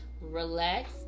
relax